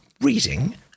reading